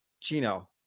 Gino